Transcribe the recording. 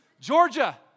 Georgia